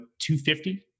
250